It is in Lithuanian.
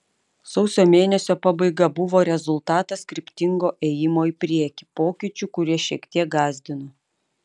sausio mėnesio pabaiga buvo rezultatas kryptingo ėjimo į priekį pokyčių kurie šiek tiek gąsdino